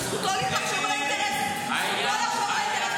זכותו לחשוב על האינטרסים של המפלגה שלו.